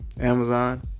Amazon